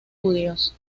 judíos